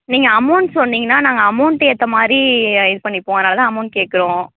நீங்கள் அமௌண்ட் சொன்னிங்கன்னால் நாங்கள் அமௌண்ட்டு ஏற்ற மாதிரி இது பண்ணிப்போம் அதனால் அமௌண்ட் கேட்கறோம்